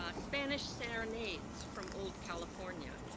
um spanish serenades from old california,